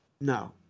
No